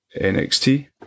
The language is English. NXT